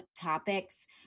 topics